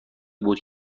بود